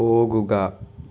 പോകുക